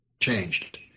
changed